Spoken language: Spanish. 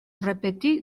repetí